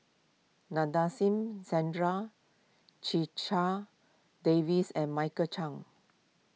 Nadasen Chandra Checha Davies and Michael Chiang